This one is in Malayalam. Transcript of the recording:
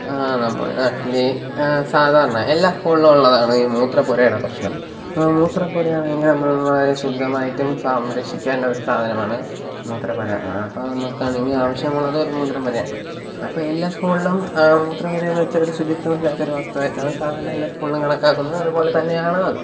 നമ്മുടെ നാട്ടിൽ സാധാരണ എല്ലാ സ്കൂളും ഉള്ളതാണ് ഈ മൂത്രപ്പുരയുടെ പ്രശ്നം മൂത്രപ്പുരയാണെങ്കില് നമ്മള് വളരെ ശുദ്ധമായിട്ടും സംരഷിക്കേണ്ട ഒരു സാധനമാണ് മൂത്രപ്പുര അപ്പം നമുക്കാണെങ്കില് ആവിശ്യമുള്ളതും ഒരു മൂത്രപ്പുരയാണ് അപ്പം എല്ലാ സ്കൂളിലും മൂത്രപ്പുര എന്നുവെച്ചാൽ ഒരു ശുചിത്വം ഇല്ലാത്ത ഒരു വസ്തുവായിട്ടാണ് സാധാരണ എല്ലാ സ്കൂളും കണക്കാക്കുന്നത് അതുപോലെത്തന്നെയാണ് അത്